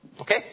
Okay